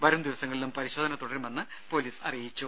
വരും ദിവസങ്ങളിലും പരിശോധന തുടരുമെന്ന് പോലീസ് അറിയിച്ചു